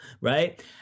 right